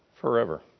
forever